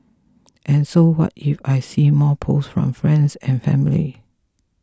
and so what if I see more posts from friends and family